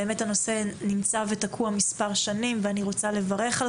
הנושא ותקוע מספר שנים ואני רוצה לברך על